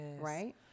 right